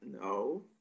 no